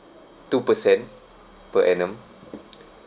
two-per cent per annnum